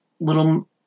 Little